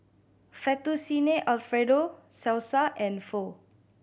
Fettuccine Alfredo Salsa and Pho